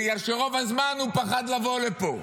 בגלל שרוב הזמן הוא פחד לבוא לפה.